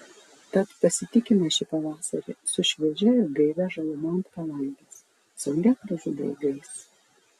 tad pasitikime šį pavasarį su šviežia ir gaivia žaluma ant palangės saulėgrąžų daigais